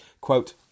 Quote